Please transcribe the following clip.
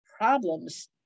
problems